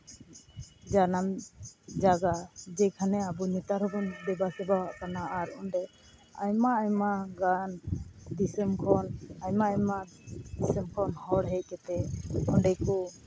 ᱡᱟᱱᱟᱢ ᱡᱟᱭᱜᱟ ᱡᱮᱠᱷᱟᱱᱮ ᱟᱵᱚ ᱱᱮᱛᱟᱨ ᱦᱚᱸᱵᱚᱱ ᱫᱮᱵᱟᱥᱮᱵᱟᱣᱟᱜ ᱠᱟᱱᱟ ᱟᱨ ᱚᱸᱰᱮ ᱟᱭᱢᱟ ᱟᱭᱢᱟ ᱜᱟᱱ ᱫᱤᱥᱚᱢ ᱠᱷᱚᱱ ᱟᱭᱢᱟ ᱟᱭᱢᱟ ᱫᱤᱥᱚᱢ ᱠᱷᱚᱱ ᱦᱚᱲ ᱦᱮᱡ ᱠᱟᱛᱮᱫ ᱚᱸᱰᱮ ᱠᱚ